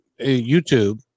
YouTube